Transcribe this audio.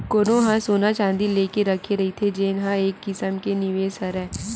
कोनो ह सोना चाँदी लेके रखे रहिथे जेन ह एक किसम के निवेस हरय